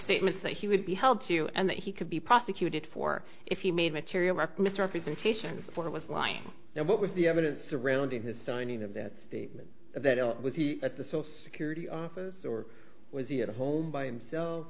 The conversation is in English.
statements that he would be held to and that he could be prosecuted for if he made material misrepresentations what was lying and what was the evidence surrounding his signing of that statement that was at the social security office or was he at home by him so